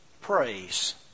praise